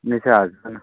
নিচে আসবে না